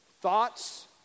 Thoughts